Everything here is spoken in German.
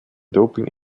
doping